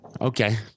Okay